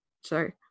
sorry